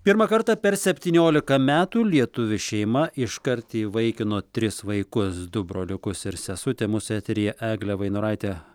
pirmą kartą per septyniolika metų lietuvių šeima iškart įvaikino tris vaikus du broliukus ir sesutę mūsų eteryje eglė vainoraitė